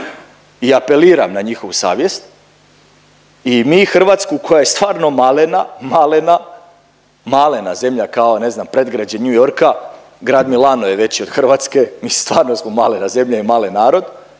i apeliram na njihovu savjest i mi Hrvatsku koja je stvarno malena, malena, malena zemlja kao ne znam predgrađe New Yorka, grad Milano je veći od Hrvatske, mislim stvarno smo malena zemlja i malen narod,